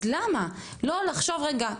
אז למה לא לחשוב רגע?